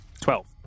Twelve